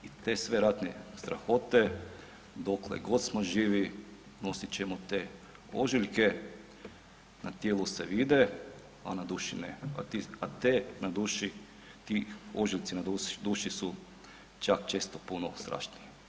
I te sve ratne strahote dokle god smo živi snosit ćemo te ožiljke, na tijelu se vide, a na duši ne, a ti, a te na duši, ti ožiljci na duši su čak često puno strašniji.